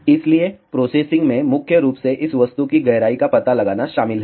इसलिए प्रोसेसिंग में मुख्य रूप से इस वस्तु की गहराई का पता लगाना शामिल है